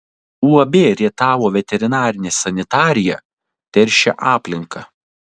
uab rietavo veterinarinė sanitarija teršė aplinką